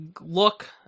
look